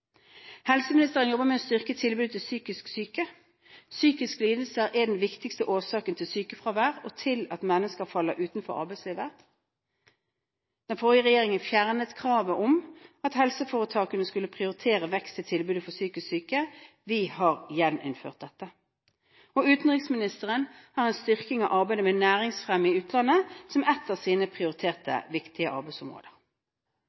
Helseministeren jobber med å styrke tilbudet til psykisk syke. Psykiske lidelser er den viktigste årsaken til sykefravær og til at mennesker faller utenfor arbeidslivet. Den forrige regjeringen fjernet kravet om at helseforetakene skulle prioritere vekst i tilbudet til psykisk syke. Vi har gjeninnført dette. Utenriksministeren har en styrking av arbeidet med næringsfremme i utlandet som et av sine